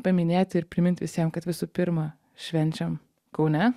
paminėti ir primint visiem kad visų pirma švenčiam kaune